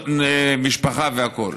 משפחה והכול.